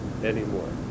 anymore